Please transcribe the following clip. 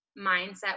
mindset